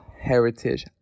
heritage